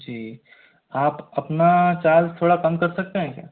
जी आप अपना चार्ज थोड़ा कम कर सकते हैं क्या